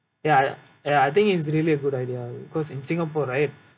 ya ya ya I think it's really a good idea because in singapore right